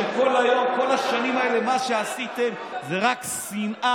שכל היום וכל השנים האלה מה שעשיתם זה רק שנאה,